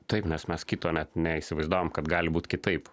taip mes mes kito net neįsivaizdavom kad gali būti kitaip